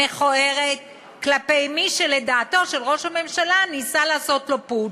מכוערת כלפי מי שלדעתו של ראש הממשלה ניסה לעשות לו פוטש.